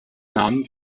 namen